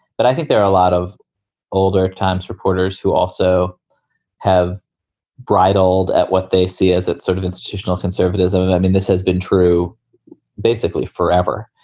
but i think there are a lot of older times reporters who also have bridled at what they see as sort of institutional conservatism. and i mean, this has been true basically forever,